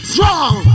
Strong